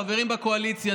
חברים בקואליציה,